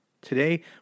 Today